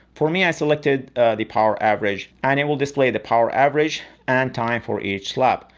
for me i selected the power average, and it will display the power average and time for each lap.